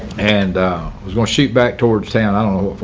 and was gonna shoot back towards san i don't know.